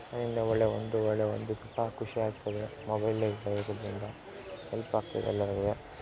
ಅದರಿಂದ ಒಳ್ಳೆಯ ಒಂದು ಒಳ್ಳೆಯ ಒಂದು ಥರ ಖುಷಿ ಆಗ್ತದೆ ಮೊಬೈಲ್ ಇರೋದರಿಂದ ಹೆಲ್ಪಾಗ್ತದೆ ಎಲ್ಲಾರ್ಗೂ